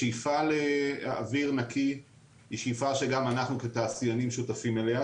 השאיפה לאוויר נקי היא שאיפה שגם אנחנו כתעשיינים שותפים אליה.